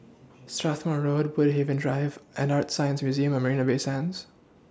Strathmore Road Woodhaven Drive and ArtScience Museum At Marina Bay Sands